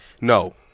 No